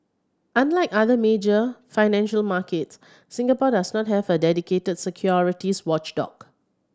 unlike other major financial markets Singapore does not have a dedicated securities watchdog